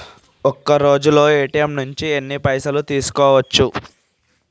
ఒక్కరోజులో ఏ.టి.ఎమ్ నుంచి ఎన్ని పైసలు తీసుకోవచ్చు?